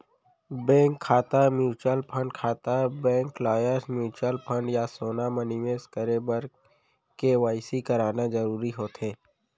bank खाता, mutual fund खाता, bank lockers, mutual fund या सोना म निवेस करे बर के.वाई.सी कराना जरूरी होथे